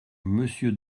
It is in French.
monsieur